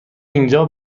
اینجا